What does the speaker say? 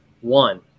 One